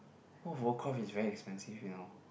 World of Warcraft is very expensive you know